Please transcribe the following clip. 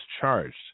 charged